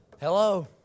Hello